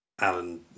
Alan